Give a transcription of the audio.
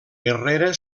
herrera